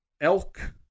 elk